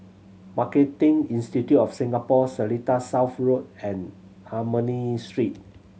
Marketing Institute of Singapore Seletar South Road and Ernani Street